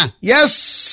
Yes